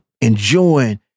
enjoying